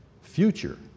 future